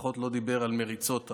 לפחות הוא לא דיבר על מריצות הפעם.